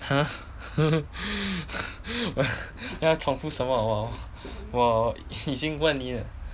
!huh! 要重复什么我我已近问你了